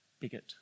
bigot